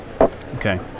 Okay